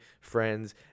friends